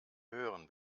hören